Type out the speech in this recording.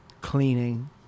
cleaning